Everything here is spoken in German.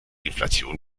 inflation